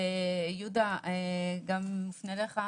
יהודה זה גם מופנה אליך.